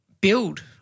build